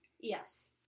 Yes